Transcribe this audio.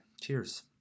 cheers